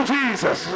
Jesus